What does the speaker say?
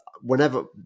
whenever